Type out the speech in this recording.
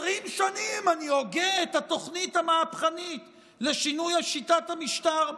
20 שנים אני הוגה את התוכנית המהפכנית לשינוי שיטת המשטר.